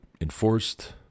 enforced